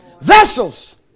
vessels